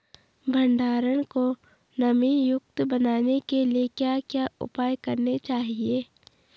भंडारण को नमी युक्त बनाने के लिए क्या क्या उपाय करने चाहिए?